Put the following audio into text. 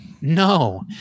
No